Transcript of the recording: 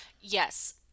Yes